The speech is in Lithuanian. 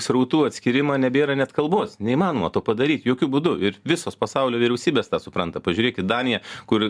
srautų atskyrimą nebėra net kalbos neįmanoma to padaryt jokiu būdu ir visos pasaulio vyriausybės tą supranta pažiūrėk į daniją kur